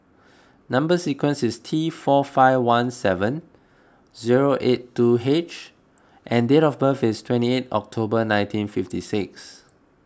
Number Sequence is T four five one seven zero eight two H and date of birth is twenty eight October nineteen fifty six